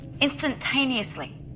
instantaneously